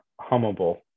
hummable